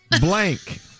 Blank